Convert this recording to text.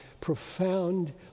profound